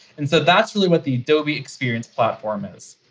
and so that's really what the adobe experience platform is.